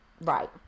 right